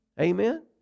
Amen